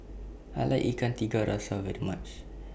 I like Ikan Tiga Rasa very much